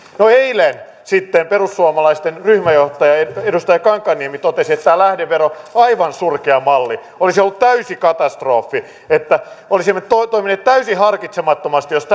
no eilen sitten perussuomalaisten ryhmäjohtaja edustaja kankaanniemi totesi että tämä lähdevero on aivan surkea malli se olisi ollut täysi katastrofi että olisimme toimineet täysin harkitsemattomasti jos